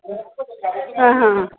हां हां